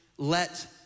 Let